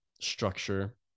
structure